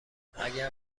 اگر